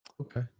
okay